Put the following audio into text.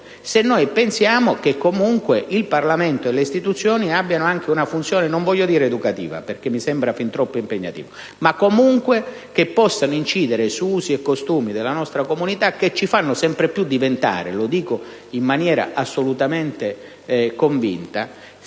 se pensiamo che comunque il Parlamento e le istituzioni hanno anche una funzione, non voglio dire educativa, perché mi sembra fin troppo impegnativo, ma che comunque può incidere su usi e costumi della nostra comunità, che ci fanno sempre più diventare, lo dico in maniera assolutamente convinta,